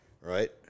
right